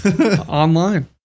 Online